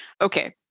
Okay